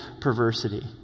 perversity